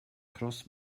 cross